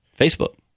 Facebook